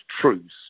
truce